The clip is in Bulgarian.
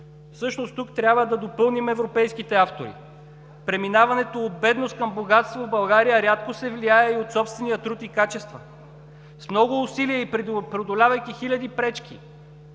Всъщност тук трябва да допълним европейските автори – преминаването от бедност към богатство в България рядко се влияе от собствения труд и качества! С много усилия и преодолявайки хиляди пречки,